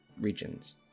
regions